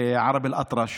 לערב אל-אטרש,